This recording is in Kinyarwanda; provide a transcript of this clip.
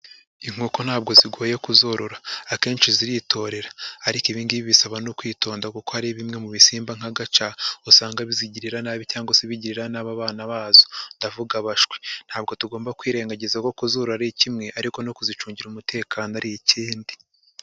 Inkoko ntabwo zigoye kuzorora, akenshi ziritorera ariko ibi ngibi bisaba no kwitonda kuko hari bimwe mu bisimba nk'agaca usanga bizigirira nabi cyangwa se bigirira nabi abana bazo, ndavuga abashwi ntabwo tugomba kwirengagiza ko kuzorora ari kimwe ariko no kuzicungira umutekano ari ikindi.